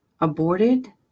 aborted